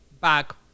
back